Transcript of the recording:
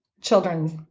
children's